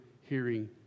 hearing